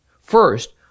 First